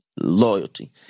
loyalty